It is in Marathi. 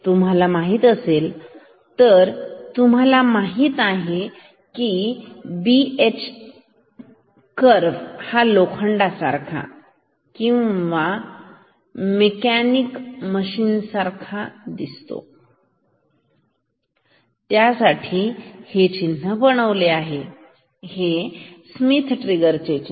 तुम्हाला माहीत असेल तर तुम्हाला माहित आहे बीएच आलेख लोखंडा साठी किंवा मेकॅनिक साहित्यासाठी हे असे दिसेल हा त्यामध्ये हे चिन्ह बनवा हे आहे स्मिथ ट्रिगर चे चिन्ह